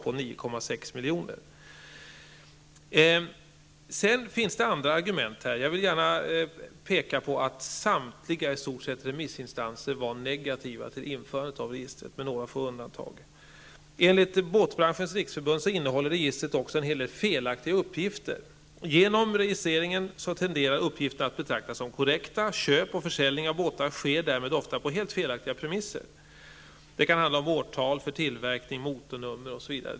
Det finns också andra argument. Jag vill gärna peka på att i stort sett samtliga remissinstanser, med några få undantag, var negativa till införandet av registret. Enligt båtbranschens riksförbund innehåller registret också en hel del felaktiga uppgifter. Genom registreringen tenderar uppgifter att betraktas som korrekta. Köp och försäljning av båtar sker därmed ofta på helt felaktiga premisser. Det kan handla om årtal för tillverkning, motornummer osv.